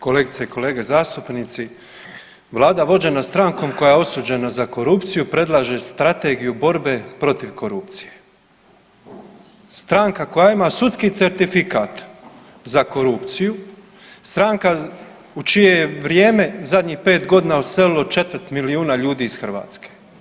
Kolegice i kolege zastupnici, vlada vođena strankom koja je osuđena za korupciju predlaže Strategiju borbe protiv korupcije, stranka koja ima sudski certifikat za korupciju, stranka u čije je vrijeme zadnjih 5.g. odselilo četvrt milijuna ljudi iz Hrvatske.